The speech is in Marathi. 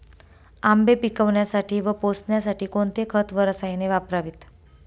आंबे पिकवण्यासाठी व पोसण्यासाठी कोणते खत व रसायने वापरावीत?